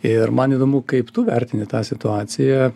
ir man įdomu kaip tu vertini tą situaciją